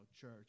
church